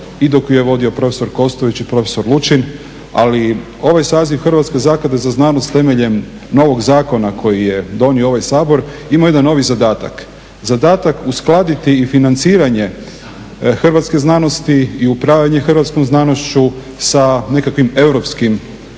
i dok ju je radio prof. Kostović i prof. Lučin ali ovaj saziv Hrvatske zaklade za znanost temeljen novog zakona koji je donio ovaj Sabor imao jedan novi zadatak. Zadatak uskladiti i financiranje hrvatske znanosti i upravljanje hrvatskom znanošću sa nekakvim europskim smjernicama,